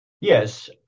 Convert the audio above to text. yes